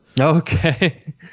Okay